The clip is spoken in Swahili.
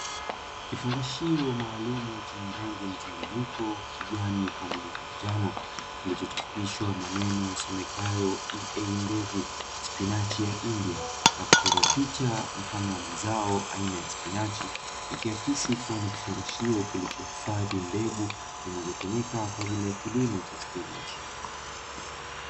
Kifungashio maalumu chenye rangi mchanganyiko kijani pamoja na njano kilichochapishwa maneno yasomekayo "EA mbegu" spinachi ya india na kuchorwa picha mfano wa mazao aina ya spinachi ikiaksi kuwa ni kifungashio kilichohifadhi mbegu zinazotumika kwa ajili ya kilimo cha spinachi.